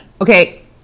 Okay